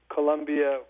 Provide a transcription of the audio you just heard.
Colombia